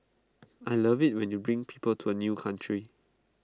I love IT when you bring people to A new country